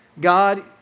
God